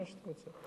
מה שאתה רוצה.